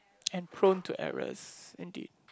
and prone to errors indeed